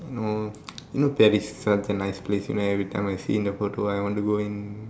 no you know Paris is such a nice place every time I see the photo I want to go and